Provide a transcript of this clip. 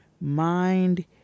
mind